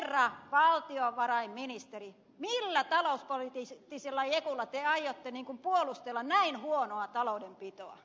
herra valtiovarainministeri millä talouspoliittisella jekulla te aiotte puolustella näin huonoa taloudenpitoa